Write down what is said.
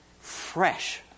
fresh